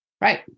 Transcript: Right